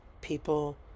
people